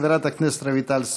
חברת הכנסת רויטל סויד.